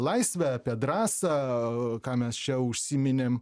laisvę apie drąsą ką mes čia užsiminėm